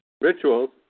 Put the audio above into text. Rituals